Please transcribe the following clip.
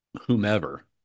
whomever